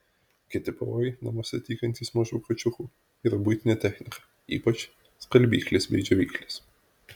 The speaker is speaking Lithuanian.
kiti pavojai namuose tykantys mažų kačiukų yra buitinė technika ypač skalbyklės bei džiovyklės